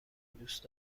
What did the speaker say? دوست